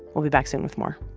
we'll be back soon with more